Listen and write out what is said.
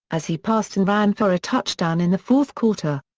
as he passed and ran for a touchdown in the fourth quarter.